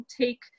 take